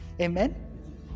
Amen